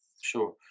sure